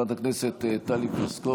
איננה, חברת הכנסת טלי פלוסקוב,